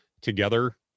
together